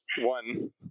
one